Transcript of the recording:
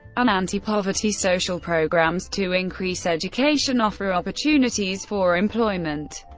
and anti-poverty social programs to increase education, offer opportunities for employment,